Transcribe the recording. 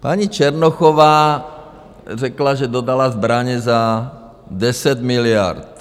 Paní Černochová řekla, že dodala zbraně za 10 miliard.